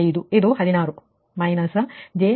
025 ಇದು 16 minus j32